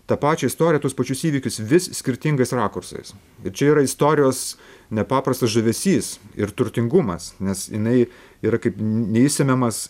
tą pačią istoriją tuos pačius įvykius vis skirtingais rakursais ir čia yra istorijos nepaprastas žavesys ir turtingumas nes jinai yra kaip neišsemiamas